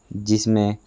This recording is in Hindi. जिसमें